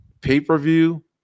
pay-per-view